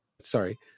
sorry